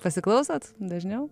pasiklausot dažniau